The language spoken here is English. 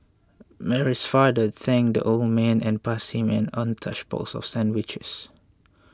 Mary's father thanked the old man and passed him an untouched box of sandwiches